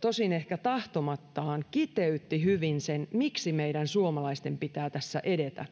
tosin ehkä tahtomattaan kiteytti hyvin sen miksi meidän suomalaisten pitää tässä edetä